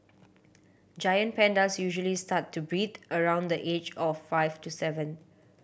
giant pandas usually start to breed around the age of five to seven